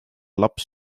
laps